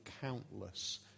countless